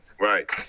right